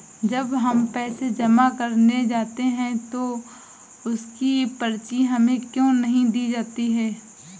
जब हम पैसे जमा करने जाते हैं तो उसकी पर्ची हमें क्यो नहीं दी जाती है?